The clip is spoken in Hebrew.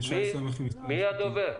מי הדובר?